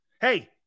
Hey